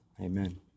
amen